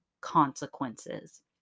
consequences